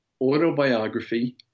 autobiography